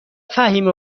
فهیمه